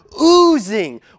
oozing